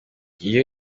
iyo